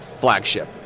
flagship